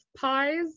pies